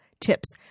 tips